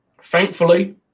Thankfully